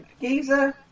Giza